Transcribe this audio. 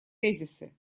тезисы